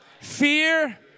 fear